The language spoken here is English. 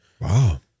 Wow